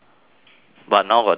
but now got definition